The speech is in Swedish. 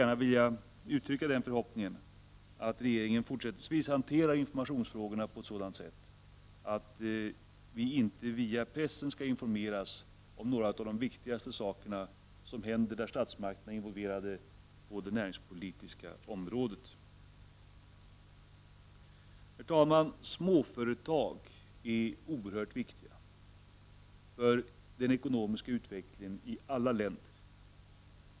Jag vill uttrycka den förhoppningen att regeringen fortsättningsvis hanterar informationsfrågorna på ett sådant sätt att vi inte i första hand skall informeras via pressen när det gäller några av de viktigaste händelserna på det näringspolitiska området där statsmakterna är involverade. Herr talman! Småföretag är oerhört viktiga för den ekonomiska utvecklingen i alla länder.